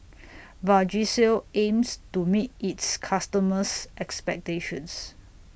Vagisil aims to meet its customers' expectations